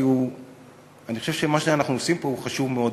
כי אני חושב שמה שאנחנו עושים פה הוא חשוב מאוד,